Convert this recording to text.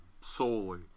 Solely